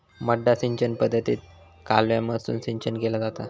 मड्डा सिंचन पद्धतीत कालव्यामधसून सिंचन केला जाता